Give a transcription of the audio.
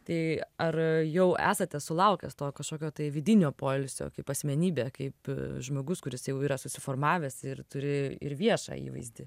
tai ar jau esate sulaukęs to kažkokio tai vidinio poilsio kaip asmenybė kaip žmogus kuris jau yra susiformavęs ir turi ir viešą įvaizdį